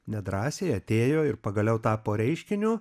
nedrąsiai atėjo ir pagaliau tapo reiškiniu